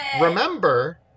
remember